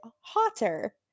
hotter